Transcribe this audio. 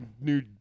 new